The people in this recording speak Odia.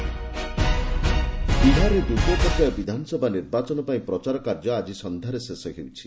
ବିହାର ଇଲେକ୍ସନ୍ ବିହାରରେ ଦ୍ୱିତୟ ପର୍ଯ୍ୟାୟ ବିଧାନସଭା ନିର୍ବାଚନ ପାଇଁ ପ୍ରଚାର କାର୍ଯ୍ୟ ଆକି ସନ୍ଧ୍ୟାରେ ଶେଷ ହେଉଛି